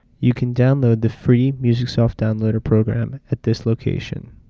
you can download the free musicsoft downloader program at this location.